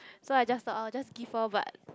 so I just thought I'll just give lor but